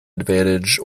advantage